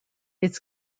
its